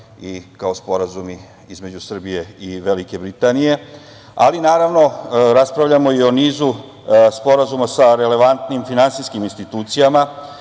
i kao sporazumi između Srbije i Velike Britanije. Ali, naravno, raspravljamo i o nizu sporazuma sa relevantnim finansijskim institucijama